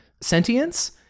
sentience